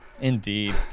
Indeed